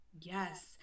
Yes